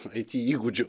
it įgūdžių